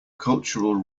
cultural